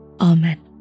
Amen